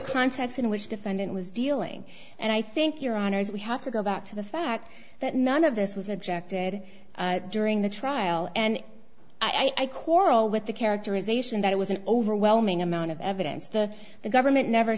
context in which defendant was dealing and i think your honor is we have to go back to the fact that none of this was objected during the trial and i quarrel with the characterization that it was an overwhelming amount of evidence that the government never